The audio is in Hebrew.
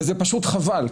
וזה פשוט חבל,